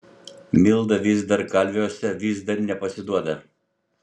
milda vis dar kalviuose vis dar nepasiduoda